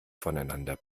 voneinander